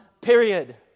period